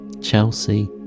Chelsea